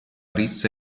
rissa